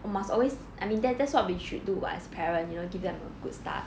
oh must always I mean that that's what we should do [what] as parent you don't give them a good start